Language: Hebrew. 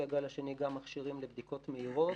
הגל השני גם מכשירים לבדיקות מהירות.